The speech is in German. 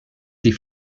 sie